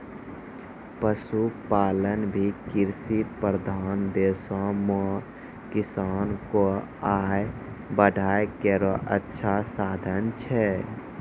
पशुपालन भी कृषि प्रधान देशो म किसान क आय बढ़ाय केरो अच्छा साधन छै